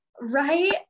Right